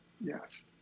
Yes